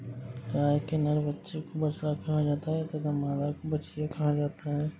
गाय के नर बच्चे को बछड़ा कहा जाता है तथा मादा को बछिया कहा जाता है